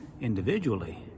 individually